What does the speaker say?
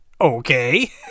Okay